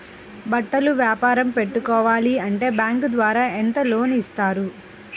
బట్టలు వ్యాపారం పెట్టుకోవాలి అంటే బ్యాంకు ద్వారా ఎంత లోన్ ఇస్తారు?